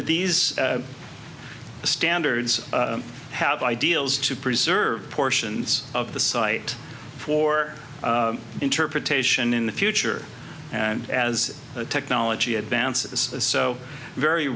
these standards have ideals to preserve portions of the site for interpretation in the future and as technology advances so very